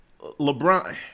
LeBron